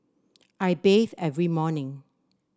I bathe every morning